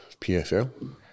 PFL